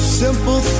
simple